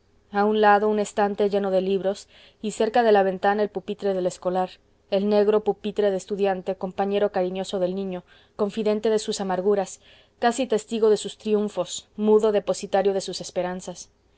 a un lado un estante lleno de libros y cerca de la ventana el pupitre del escolar el negro pupitre de estudiante compañero cariñoso del niño confidente de sus amarguras casi testigo de sus triunfos mudo depositario de sus esperanzas